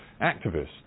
activists